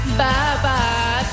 Bye-bye